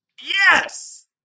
Yes